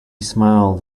smiled